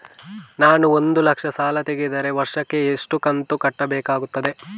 ನಾನು ಒಂದು ಲಕ್ಷ ಸಾಲ ತೆಗೆದರೆ ವರ್ಷಕ್ಕೆ ಎಷ್ಟು ಕಂತು ಕಟ್ಟಬೇಕಾಗುತ್ತದೆ?